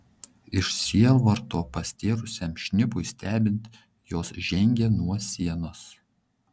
iš sielvarto pastėrusiam šnipui stebint jos žengė nuo sienos